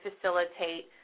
facilitate